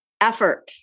effort